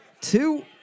two